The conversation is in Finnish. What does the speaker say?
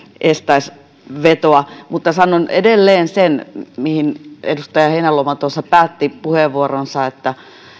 eestaasvetoa sanon edelleen sen mihin edustaja heinäluoma tuossa päätti puheenvuoronsa että